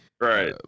Right